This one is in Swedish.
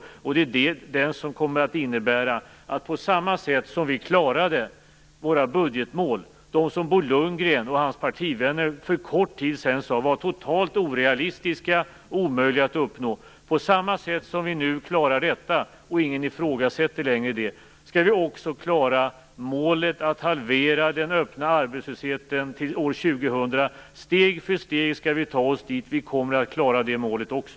Det är denna politik som kommer att innebära att vi, på samma sätt som vi nu klarar våra budgetmål som Bo Lundgren och hans partivänner för en kort tid sedan sade var totalt orealistiska och omöjliga att uppnå - ingen ifrågasätter detta längre - också skall klara målet att halvera den öppna arbetslösheten till år 2000. Steg för steg skall vi ta oss dit. Vi kommer att klara det målet också.